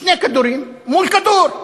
שני כדורים מול כדור.